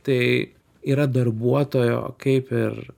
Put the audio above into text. tai yra darbuotojo kaip ir